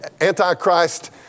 antichrist